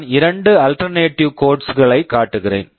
நான் இரண்டு alternate codes alternate codes களைக் காட்டுகிறேன்